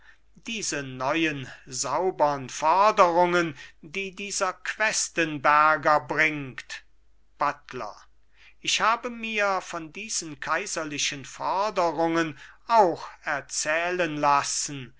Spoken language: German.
diese neuen saubern foderungen die dieser questenberger bringt buttler ich habe mir von diesen kaiserlichen foderungen auch erzählen lassen